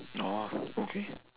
orh okay